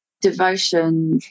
devotion